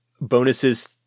bonuses